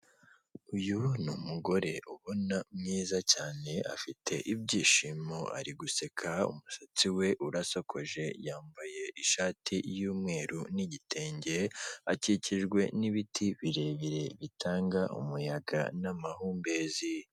Uyu ni umugore ubona mwiza cyane afite ibyishimo ari guseka, umusatsi we urasakoje yambaye ishati y'umweru n'igitenge, akikijwe n'ibiti birebire bitanga umuyaga n'amahumbezi.